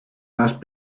must